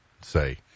say